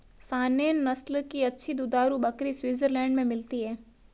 Saanen नस्ल की अच्छी दुधारू बकरी स्विट्जरलैंड में मिलती है